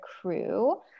crew